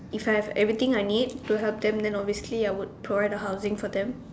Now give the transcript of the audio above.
if I have everything I need to help them then obviously I would provide the housing for them